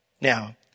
Now